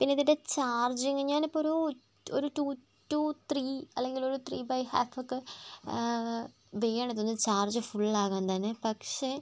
പിന്നെ ഇതിൻ്റെ ചാർജിങ് ഞാനിപ്പോൾ ഒരു ഒരു ടൂ ടു ത്രീ അല്ലെങ്കിൽ ഒരു ത്രീ ബൈ ഹാഫ് ഒക്കെ വേണം ഇതൊന്ന് ചാർജ് ഫുള്ളാകാൻ തന്നെ പക്ഷേ